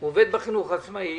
הוא עובד בחינוך העצמאי.